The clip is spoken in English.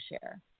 share